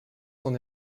sont